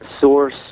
source